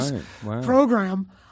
program